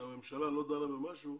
כשהממשלה לא דנה במשהו,